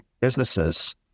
businesses